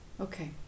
Okay